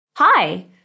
Hi